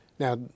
Now